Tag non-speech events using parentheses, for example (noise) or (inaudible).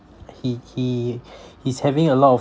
he he (breath) he's having a lot of